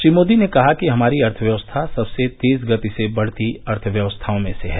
श्री मोदी ने कहा कि हमारी अर्थव्यवस्था सबसे तेज गति से बढ़ती अर्थव्यवस्थाओं में से है